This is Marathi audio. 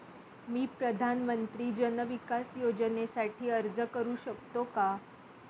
मी प्रधानमंत्री जन विकास योजनेसाठी अर्ज करू शकतो का?